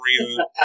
reason